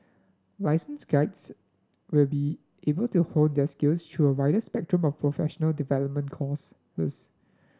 licensed guides will be able to hone their skills through a wider spectrum of professional development course this